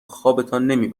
خوابتان